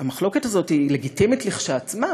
המחלוקת הזאת היא לגיטימית, כשלעצמה,